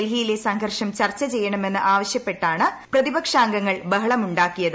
ഡൽഹിയിലെ സംഘർഷം ചർച്ച ചെയ്യണമെന്ന് ആവശ്യപ്പെട്ടാണ് പ്രതിപക്ഷാംഗങ്ങൾ ബഹളമുണ്ടാക്കിയത്